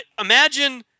imagine